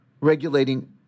regulating